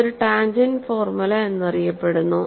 ഇത് ഒരു tangent formula എന്നറിയപ്പെടുന്നു